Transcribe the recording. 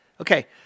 Okay